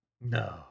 No